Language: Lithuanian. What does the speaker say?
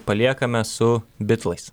paliekame su bitlais